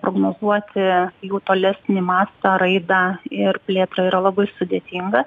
prognozuoti jų tolesnį mastą raidą ir plėtrą yra labai sudėtinga